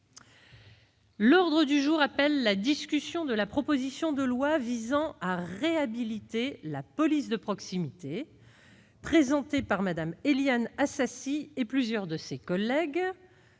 citoyen et écologiste, de la proposition de loi visant à réhabiliter la police de proximité, présentée par Mme Éliane Assassi et plusieurs de ses collègues